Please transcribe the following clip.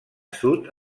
sud